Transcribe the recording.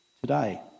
today